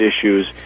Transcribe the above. issues